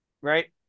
right